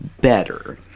better